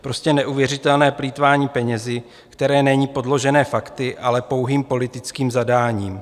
Prostě neuvěřitelné plýtvání penězi, které není podložené fakty, ale pouhým politickým zadáním.